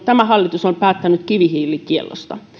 tämä hallitus on päättänyt kivihiilikiellosta